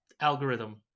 algorithm